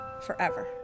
forever